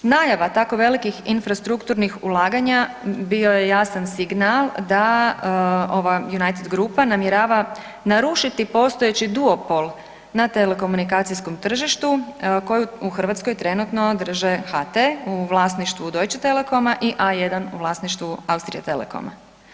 Najava tako velikih infrastrukturnih ulaganja bio je jasan signal da ova United grupa namjerava narušiti postojeći duopol na telekomunikacijskom tržištu koju u Hrvatskoj trenutno drže HT u vlasništvu Deutsche Telekoma i A1 u vlasništvu Austria Telekoma.